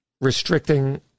restricting